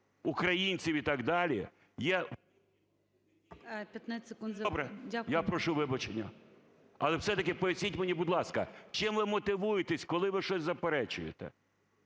Дякую. ЛЕСЮК Я.В. Добре. Я прошу вибачення. Але все таки поясніть мені, будь ласка, чим ви мотивуєтесь, коли ви щось заперечуєте?